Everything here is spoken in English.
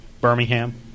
Birmingham